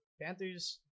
Panthers